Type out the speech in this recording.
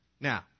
Now